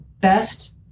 best